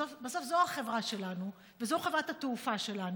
בסוף זו החברה שלנו וזו חברת התעופה שלנו,